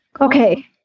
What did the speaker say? Okay